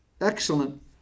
Excellent